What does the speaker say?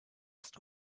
ist